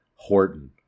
Horton